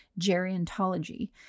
gerontology